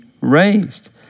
raised